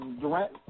Durant